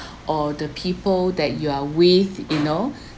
or the people that you are with you know